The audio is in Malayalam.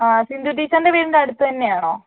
ആ സിന്ധു ടീച്ചറിന്റെ വീടിൻ്റെ അടുത്ത് തന്നെയാണോ